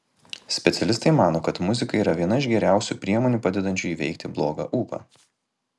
specialistai mano kad muzika yra viena iš geriausių priemonių padedančių įveikti blogą ūpą